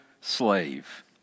slave